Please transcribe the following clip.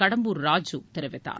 கடம்பூர் ராஜு தெரிவித்தார்